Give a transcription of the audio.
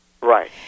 Right